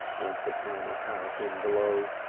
went the can of paraffine below,